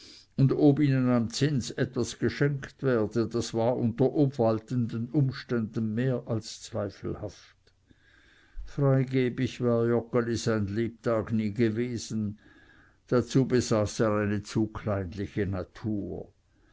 und ob ihnen am zins etwas geschenkt werde das war unter obwaltenden umständen mehr als zweifelhaft freigebig war joggeli sein lebtag nie gewesen dazu besaß er eine zu kleinliche natur